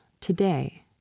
today